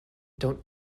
don’t